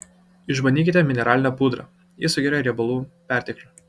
išbandykite mineralinę pudrą ji sugeria riebalų perteklių